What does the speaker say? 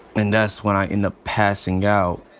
and that's when i end up passing out.